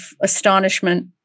astonishment